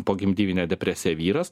pogimdyvinę depresiją vyras